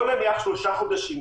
נניח שזה שלושה חודשים.